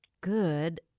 Good